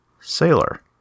Sailor